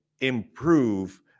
improve